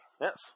Yes